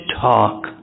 talk